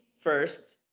first